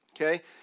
Okay